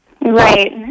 Right